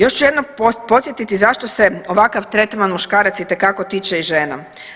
Još ću jednom podsjetiti zašto se ovakav tretman muškaraca itekako tiče i žena.